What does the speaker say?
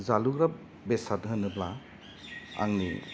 जालुग्रा बेसाद होनोब्ला आंनि